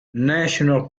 national